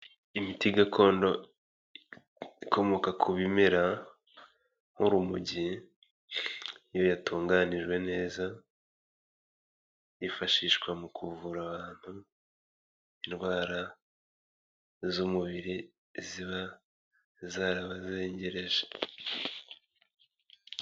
Imiti gakondo ikomoka ku bimera nk'urumogi, iyo yatunganijwe neza yifashishwa mu kuvura abantu indwara z'umubiri ziba zarabazegereje.